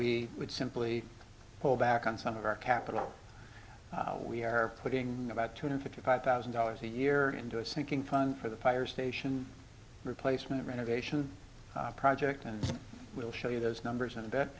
we would simply pull back on some of our capital we are putting about two hundred fifty five thousand dollars a year into a sinking fund for the fire station replacement renovation project and we'll show you those numbers